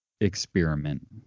experiment